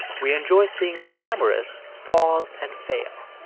we enjoy seeing the glamorous fall and fail.